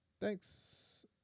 thanks